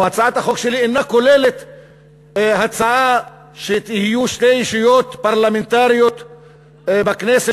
או: הצעת החוק שלי אינה כוללת הצעה שיהיו שתי אושיות פרלמנטריות בכנסת,